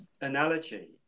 analogy